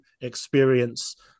experience